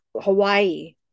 Hawaii